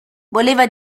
voleva